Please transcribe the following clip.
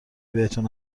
بهتون